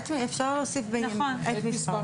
אפשר להוסיף את מספר.